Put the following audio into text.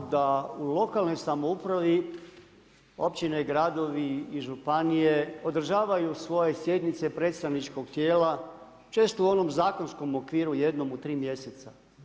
Svi znamo da u lokalnoj samoupravi, općine i gradovi i županije, održavaju svoje sjednice, predstavničkog tijela, često u onom zakonskom okviru, jednom u 3 mjeseca.